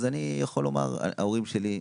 אז אני יכול לומר שההורים שלי סיעודיים.